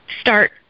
start